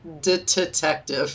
detective